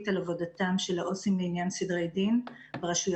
על עבודתם של העובדים הסוציאליים לעניין סדרי דין ברשויות.